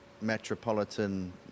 metropolitan